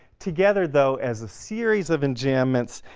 together, though, as a series of enjambments,